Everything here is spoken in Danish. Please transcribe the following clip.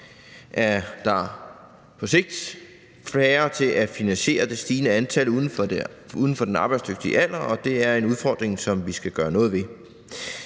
der på sigt er færre til at finansiere det stigende antal uden for den arbejdsdygtige alder, og det er en udfordring, som vi skal gøre noget ved.